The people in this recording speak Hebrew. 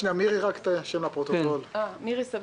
אני המשנה למנהל רשות המסים.